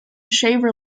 shaver